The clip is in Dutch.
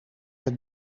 het